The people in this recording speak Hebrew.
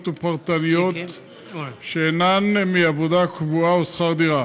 ופרטניות שאינן מעבודה קבועה או שכר דירה.